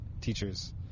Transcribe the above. teachers